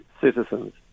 citizens